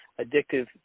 addictive